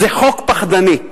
זה חוק פחדני.